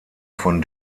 von